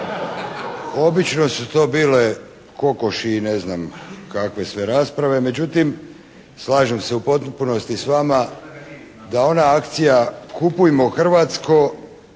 Obično su to bile kokoši i ne znam kakve sve rasprave. Međutim slažem se u potpunosti s vama da ona akcija «Kupujmo Hrvatsko»